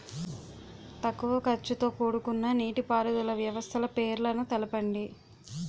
తక్కువ ఖర్చుతో కూడుకున్న నీటిపారుదల వ్యవస్థల పేర్లను తెలపండి?